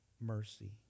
mercy